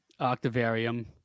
Octavarium